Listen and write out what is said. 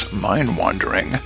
mind-wandering